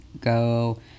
Go